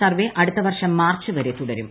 Surf അടുത്ത വർഷം March വരെ തുടരും